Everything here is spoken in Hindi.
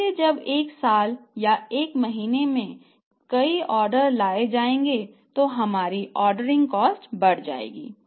इसलिए जब एक साल या एक महीने में कई ऑर्डर लगाए जाएंगे तो हमारी ऑर्डरिंग कॉस्ट बढ़ जाएगी